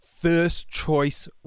first-choice